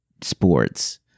sports